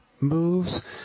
moves